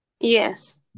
Yes